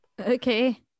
okay